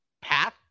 path